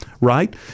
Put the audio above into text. right